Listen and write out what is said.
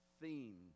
theme